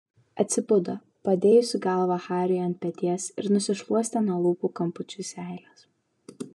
atsibudo padėjusi galvą hariui ant peties ir nusišluostė nuo lūpų kampučių seiles